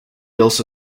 also